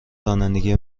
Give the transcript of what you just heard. رانندگی